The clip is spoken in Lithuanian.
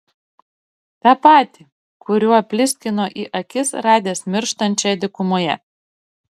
tą patį kuriuo pliskino į akis radęs mirštančią dykumoje